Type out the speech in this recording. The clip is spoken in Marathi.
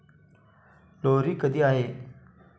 लोहरी कधी आहे?